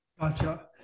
Gotcha